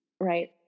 Right